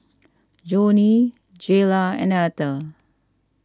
Johnny Jayla and Etter